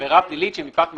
"עבריה פלילית שמפאת מהותה,